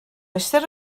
eistedd